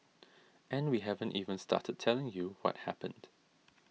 and we haven't even started telling you what happened